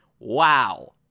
Wow